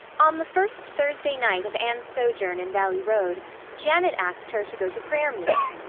on the first thursday night of anne's sojourn in valley road janet asked her to go to prayer-meeting.